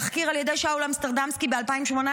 תחקיר על ידי שאול אמסטרדמסקי ב-2018.